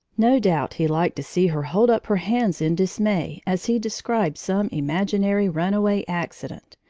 no doubt he liked to see her hold up her hands in dismay as he described some imaginary runaway accident,